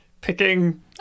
picking